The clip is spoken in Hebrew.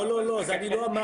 לא, לא, לא, זה אני לא אמרתי.